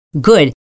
good